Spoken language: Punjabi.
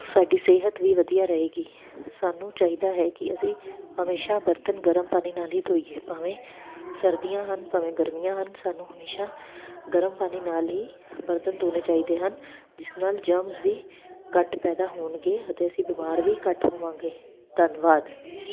ਸਾਡੀ ਸਿਹਤ ਵੀ ਵਧੀਆ ਰਹੇਗੀ ਸਾਨੂੰ ਚਾਹੀਦਾ ਹੈ ਕਿ ਅਸੀਂ ਹਮੇਸ਼ਾ ਬਰਤਨ ਗਰਮ ਪਾਣੀ ਨਾਲ ਹੀ ਧੋਈਏ ਭਾਵੇਂ ਸਰਦੀਆਂ ਹਨ ਭਾਵੇਂ ਗਰਮੀਆਂ ਹਨ ਸਾਨੂੰ ਹਮੇਸ਼ਾ ਗਰਮ ਪਾਣੀ ਨਾਲ ਹੀ ਬਰਤਨ ਧੋਣੇ ਚਾਹੀਦੇ ਹਨ ਜਿਸ ਨਾਲ ਜਮਸ ਵੀ ਘੱਟ ਪੈਦਾ ਹੋਣਗੇ ਅਤੇ ਅਸੀਂ ਬਿਮਾਰ ਵੀ ਘੱਟ ਹੋਵਾਂਗੇ ਧੰਨਵਾਦ